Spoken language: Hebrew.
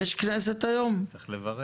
תמיד